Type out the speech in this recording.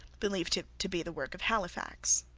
believed it to be the work of halifax.